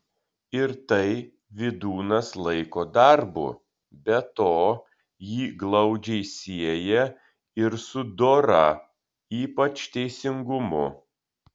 ir tai vydūnas laiko darbu be to jį glaudžiai sieja ir su dora ypač teisingumu